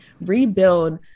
rebuild